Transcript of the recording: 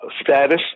status